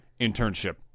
internship